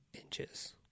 inches